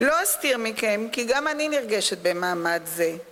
לא אסתיר מכם, כי גם אני נרגשת במעמד זה.